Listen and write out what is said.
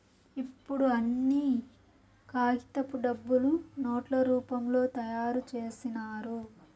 ఇప్పుడు అన్ని కాగితపు డబ్బులు నోట్ల రూపంలో తయారు చేసినారు